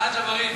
אה, ג'בארין,